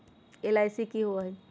LIC की होअ हई?